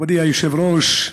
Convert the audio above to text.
מכובדי היושב-ראש,